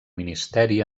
ministeri